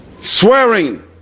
swearing